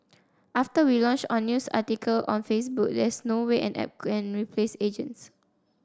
after we launched on news article on Facebook there's no way an app can replace agents